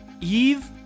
eve